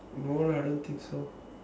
no lah don't think so